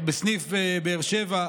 בסניף באר שבע,